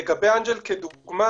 לגבי אנג'ל כדוגמה,